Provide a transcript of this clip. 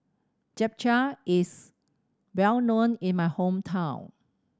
japchae is well known in my hometown